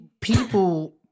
People